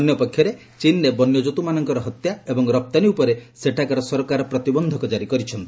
ଅନ୍ୟପକ୍ଷରେ ଚୀନ୍ରେ ବନ୍ୟଜନ୍ତ୍ରମାନଙ୍କର ହତ୍ୟା ଏବଂ ରପ୍ତାନୀ ଉପରେ ସେଠାକାର ସରକାର ପ୍ରତିବନ୍ଧକ ଜାରି କରିଛନ୍ତି